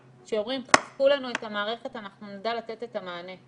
שאומרים: תחזקו לנו את המערכת אנחנו נדע לתת את המענה.